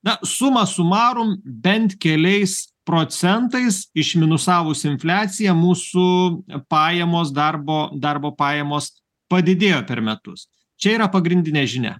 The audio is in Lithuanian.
na suma sumarum bent keliais procentais išminusavus infliaciją mūsų pajamos darbo darbo pajamos padidėjo per metus čia yra pagrindinė žinia